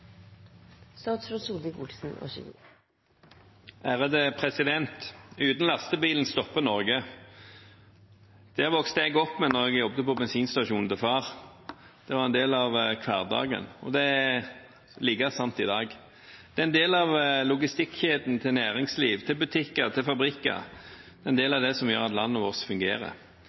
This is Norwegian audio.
Uten lastebilen stopper Norge. Det vokste jeg opp med da jeg jobbet på bensinstasjonen til far. Det var en del av hverdagen, og det er like sant i dag. Det er en del av logistikk-kjeden til næringsliv, til butikker, til fabrikker – en del av det som gjør at landet vårt fungerer.